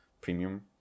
premium